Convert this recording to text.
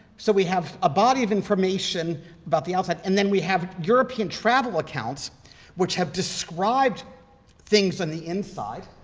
so we have a body of information about the outside, and then we have european travel accounts which have described things on the inside,